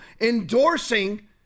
endorsing